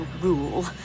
rule